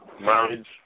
Marriage